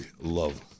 love